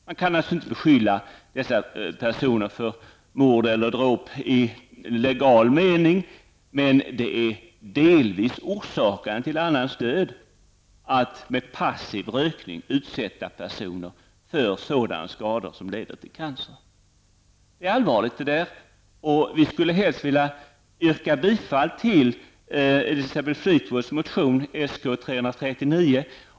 Man kan naturligtvis inte anklaga dessa personer för mord eller dråp i legal mening, men rökarna kan genom den passiva rökningen förorsaka andra människors död genom cancer. Detta är allvarligt, och vi skulle helst vilja yrka bifall till Elisabeth Fleetwoods motion Sk339.